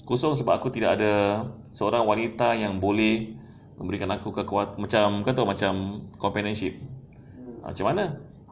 kosong sebab kau tidak takde seorang wanita yang boleh memberikan aku kekuatan macam kau tahu macam partnership macam mana